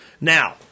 Now